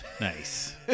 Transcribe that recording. Nice